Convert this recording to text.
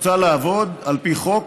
רוצה לעבוד, על פי חוק,